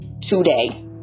today